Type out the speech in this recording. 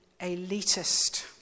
elitist